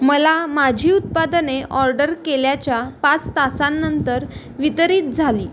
मला माझी उत्पादने ऑर्डर केल्याच्या पाच तासांनंतर वितरित झाली